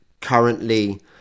currently